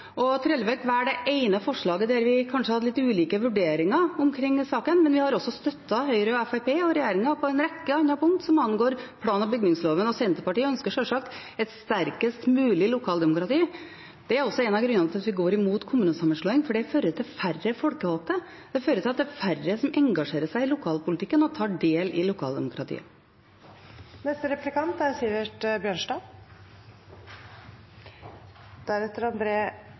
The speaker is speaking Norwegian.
punkter. Trellevik velger det ene forslaget der vi kanskje hadde litt ulike vurderinger om saken, men vi har også støttet Høyre, Fremskrittspartiet og regjeringen på en rekke andre punkter som angår plan- og bygningsloven. Senterpartiet ønsker sjølsagt et sterkest mulig lokaldemokrati. Det er også en av grunnene til at vi går imot kommunesammenslåing, for det fører til færre folkevalgte. Det fører til at det er færre som engasjerer seg i lokalpolitikken og tar del i